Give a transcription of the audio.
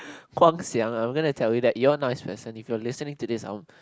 Guang-Xiang I'm gonna tell you that you're a nice person if you are listening to this I'll